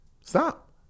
Stop